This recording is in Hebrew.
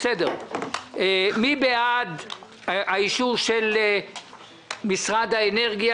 מי בעד אישור ההודעה של משרד האנרגיה?